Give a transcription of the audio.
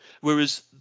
whereas